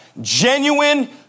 genuine